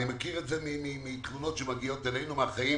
אני מכיר את זה מתלונות שמגיעות אלינו, מהחיים